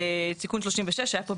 בתיקון 36 שהיה פה,